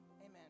Amen